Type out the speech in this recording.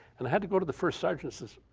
and i had to go to the first sergeant says,